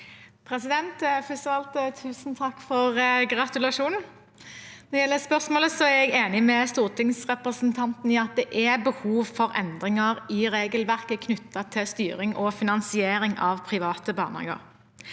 Først av alt: Tusen takk for gratulasjonen! Når det gjelder spørsmålet, er jeg enig med stortingsrepresentanten i at det er behov for endringer i regelverket knyttet til styring og finansiering av private barnehager.